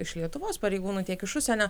iš lietuvos pareigūnų tiek iš užsienio